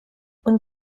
und